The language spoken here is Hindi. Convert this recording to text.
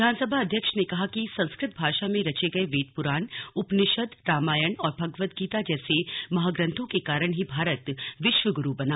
विधानसभा अध्यक्ष ने कहा कि संस्कृत भाषा में रचे गये वेद पुराण उपनिषद रामायण और भगवद्गीता जैसे महाग्रंथों के कारण ही भारत विश्वगुरु बना